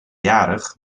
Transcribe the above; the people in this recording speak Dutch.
jarig